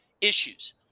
issues